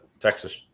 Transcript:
Texas